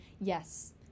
yes